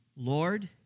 Lord